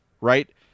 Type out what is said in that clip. right